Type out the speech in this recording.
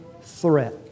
threat